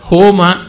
Homa